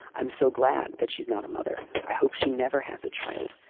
i'm so glad that she's not a mother. i hope she never has a child.